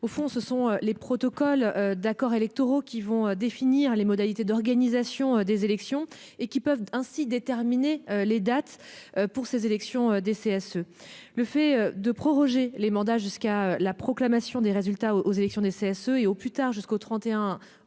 Au fond, ce sont les protocoles d'accords électoraux qui vont définir les modalités d'organisation des élections aux CSE et qui peuvent ainsi déterminer leurs dates. Proroger les mandats jusqu'à la proclamation des résultats aux élections des CSE et au plus tard jusqu'au 31 octobre